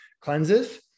cleanses